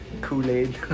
Kool-Aid